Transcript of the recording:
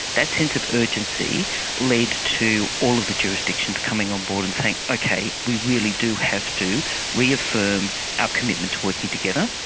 that sense of urgency led to all of the jurisdictions coming on board and saying, okay, we really do have to reaffirm our commitment to working together,